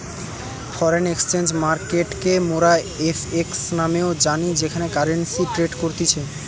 foreign exchange মার্কেটকে মোরা FX নামেও জানি যেখানে কারেন্সি ট্রেড করতিছে